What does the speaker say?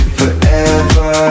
forever